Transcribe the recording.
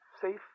safe